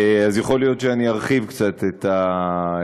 אז יכול להיות שאני ארחיב קצת את הדברים.